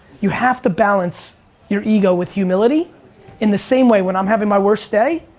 you have to balance your ego with humility in the same way, when i'm having my worst day,